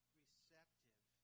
receptive